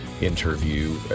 interview